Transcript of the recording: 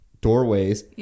doorways